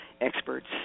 Experts